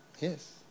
Yes